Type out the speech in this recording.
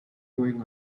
going